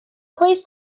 placed